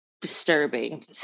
disturbing